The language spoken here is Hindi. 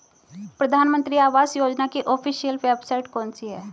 प्रधानमंत्री आवास योजना की ऑफिशियल वेबसाइट कौन सी है?